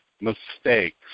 mistakes